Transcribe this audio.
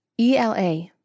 ELA